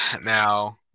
Now